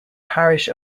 parish